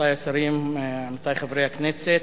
רבותי השרים, עמיתי חברי הכנסת,